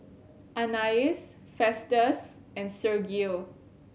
Anais Festus and Sergio